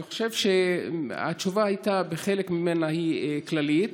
אני חושב שהתשובה הייתה בחלק ממנה היא כללית.